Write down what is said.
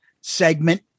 segment